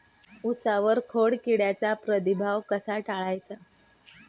उसावर खोडकिडीचा प्रादुर्भाव कसा टाळायचा?